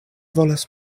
volas